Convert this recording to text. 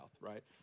right